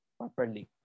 properly